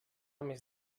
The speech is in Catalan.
més